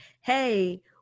hey